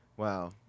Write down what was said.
Wow